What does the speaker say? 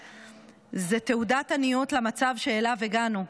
זו תעודת עניות על המצב שאליו הגענו.